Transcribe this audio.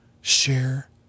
Share